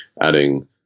adding